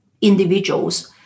individuals